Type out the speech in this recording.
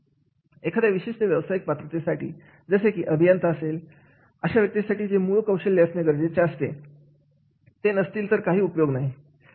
एखाद्या विशिष्ट व्यवसायिक पात्रतेसाठी जसे की अभियंता असेल अशा व्यक्तीसाठी जे मूळ कौशल्य असणे गरजेचे आहे ते नसतील तर काही उपयोग होणार नाही